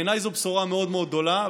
בעיניי זאת בשורה מאוד גדולה.